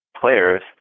players